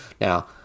Now